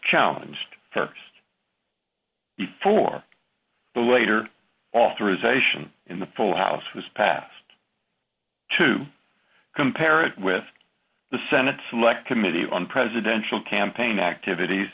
challenge for the later authorization in the full house was passed to compare it with the senate select committee on presidential campaign activities